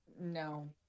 no